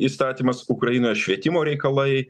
įstatymas ukrainoje švietimo reikalai